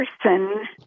person